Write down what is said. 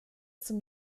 zum